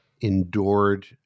endured